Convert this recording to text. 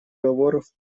переговоров